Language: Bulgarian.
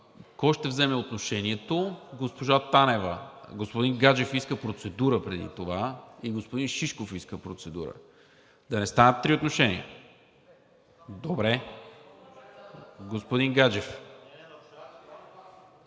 кой ще вземе отношение? Госпожа Танева, господин Гаджев иска процедура преди това и господин Шишков иска процедура. Да не станат три отношения? МЛАДЕН ШИШКОВ